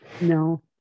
No